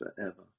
forever